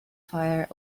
fire